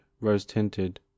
rose-tinted